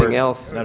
like else, and and